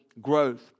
growth